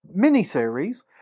miniseries